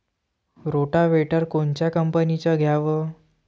Rotavator कोनच्या कंपनीचं घ्यावं?